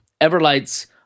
Everlights